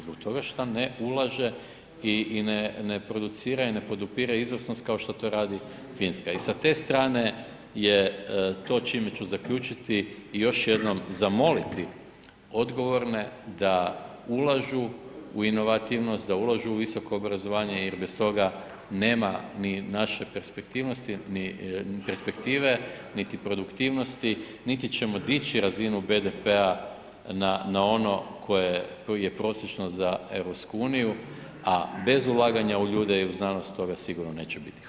Zbog toga šta ne ulaže i ne producira i ne podupire izvrsnost kao što to radi Finska i sa te strane je to čime ću zaključiti i još jednom zamoliti odgovorne da ulažu u inovativnost, da ulažu u visoko obrazovanje jer bez toga nema ni naše perspektive niti produktivnosti niti ćemo dići razinu BDP-a na ono koji je prosječni za EU a bez ulaganja u ljude i u znanost, toga sigurno neće biti.